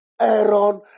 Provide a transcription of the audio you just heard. Aaron